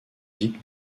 vic